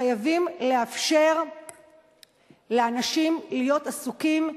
חייבים לאפשר לאנשים להיות עסוקים,